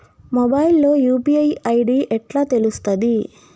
Mobile లో UPI ID ఎట్లా తెలుస్తది?